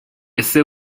ese